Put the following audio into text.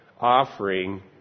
offering